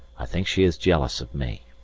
i think she is jealous of me.